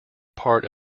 part